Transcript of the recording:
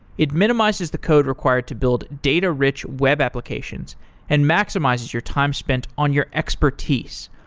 it minimizes the code required to build data-rich web applications and maximizes your time spent on your expertise.